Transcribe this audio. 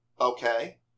Okay